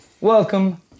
Welcome